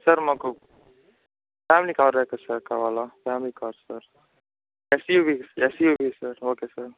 sir మాకు family cars ఏ కావాలి family car sir SUV SUV sir okay sir